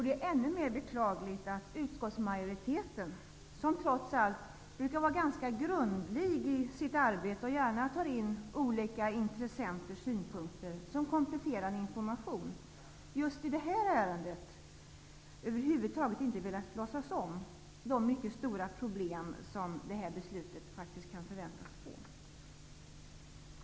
Det är ännu mer beklagligt att utskottsmajoriteten, som trots allt brukar vara ganska grundlig i sitt arbete och gärna tar in olika intressenters synpunkter som kompletterande information, just i det här ärendet över huvud taget inte velat låtsas om de mycket stora problem som det här beslutet faktiskt kan förväntas medföra.